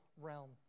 realm